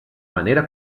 manera